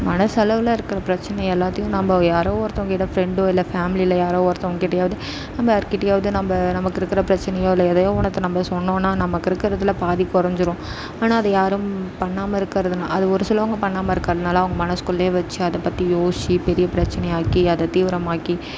மனது அளவில் இருக்கிற பிரச்சனை எல்லாத்தையும் நம்ம யாரோ ஒருத்தவங்க ஏதோ ஃப்ரெண்டோ இல்லை ஃபேம்லியில யாரோ ஒருத்தவங்கக்கிட்டயாவது நம்ம யார்கிட்டயாவது நம்ம நமக்கு இருக்கிற பிரச்சனையோ இல்லை எதையோ ஒன்னுத்த நம்ம சொன்னோம்னா நமக்கு இருக்கிறதுல பாதி குறைஞ்சிரும் ஆனால் அதை யாரும் பண்ணாமல் இருக்கிறதுனா அது ஒரு சிலவங்க பண்ணாமல் இருக்கிறதுனால அவங்க மனசுக்குள்ளே வச்சு அதை பற்றி யோசிச்சு பெரிய பிரச்சனையாக்கி அதை தீவிரமாக்கி